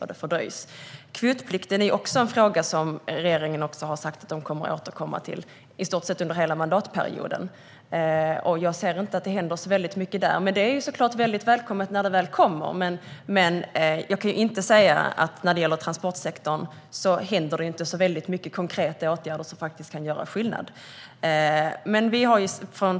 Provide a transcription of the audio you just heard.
Vad gäller kvotplikten har regeringen under i stort sett hela mandatperioden sagt att man ska återkomma, men jag ser inte att det händer så mycket. Det är såklart välkommet när det kommer, men när det gäller transportsektorn vidtas inte särskilt många konkreta åtgärder som gör skillnad.